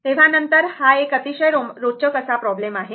तर नंतर हा एक अतिशय रोचक प्रॉब्लेम आहे